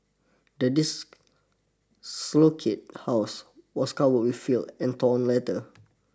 the house was covered with filth and torn letter